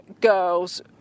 girls